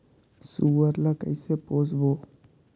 सुअर ला कइसे पोसबो?